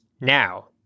Now